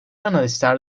analistler